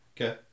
Okay